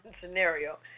scenario